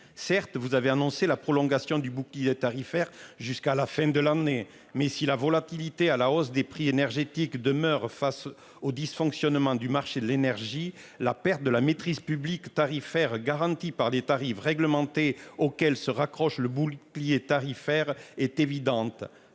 Certes, vous avez annoncé la prolongation du bouclier tarifaire jusqu'à la fin de l'année. Mais si la volatilité à la hausse des prix énergétiques demeure face aux dysfonctionnements du marché de l'énergie, la perte de la maîtrise publique tarifaire garantis par des tarifs réglementés auquel se raccrochent le bouclier tarifaire est évidente.